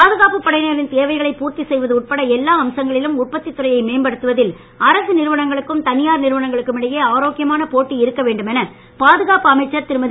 பாதுகாப்பு படையினரின் தேவைகளை பூர்த்தி செய்வது உட்பட எல்லா அம்சங்களிலும் உற்பத்தி துறையை மேம்படுத்துவது அரசு நிறுவனங்களுக்கும் தனியார் நிறுவனங்களுக்கும் இடையே ஆரோக்கியமான போட்டி இருக்க வேண்டும் என பாதுகாப்பு அமைச்சர் திருமதி